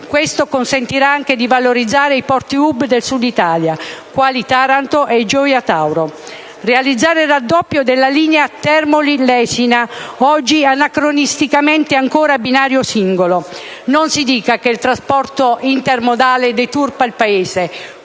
(questo consentirà anche di valorizzare i porti *hub* del Sud d'Italia, quali Taranto e Gioia Tauro); realizzare il raddoppio della linea Termoli-Lesina, oggi anacronisticamente ancora a binario singolo. Non si dica che il trasporto intermodale deturpa il Paese: